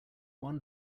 one